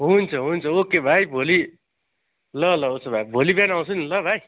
हुन्छ हुन्छ ओके भाइ भोलि ल ल उसो भए भोलि बिहान आउँछु नि ल भाइ